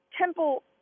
Temple